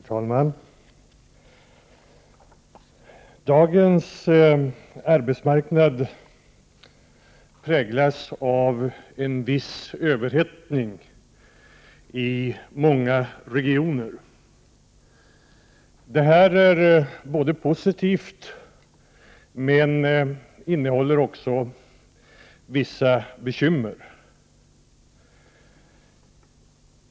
Herr talman! Dagens arbetsmarknad präglas av en viss överhettning i många regioner. Det är positivt, men innebär också vissa bekymmer.